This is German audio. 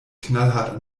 knallhart